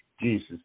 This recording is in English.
Jesus